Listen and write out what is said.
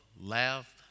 laugh